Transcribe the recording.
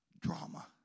drama